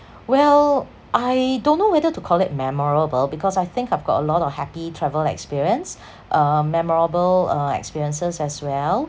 well I don't know whether to call it memorable because I think I've got a lot of happy travel experience uh memorable uh experiences as well